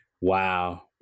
Wow